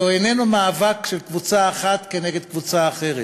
זה איננו מאבק של קבוצה אחת כנגד קבוצה אחרת.